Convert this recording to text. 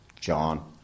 John